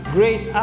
Great